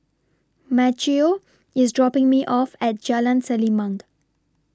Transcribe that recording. Maceo IS dropping Me off At Jalan Selimang